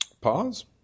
Pause